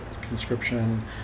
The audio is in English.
conscription